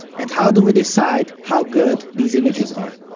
and how do we decide how good these images are?